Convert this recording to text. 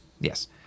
Yes